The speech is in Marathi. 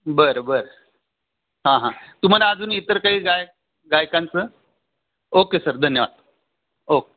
बरं बरं हां हां तुम्हाला अजून इतर काही गाय गायकांचं ओके सर धन्यवाद ओके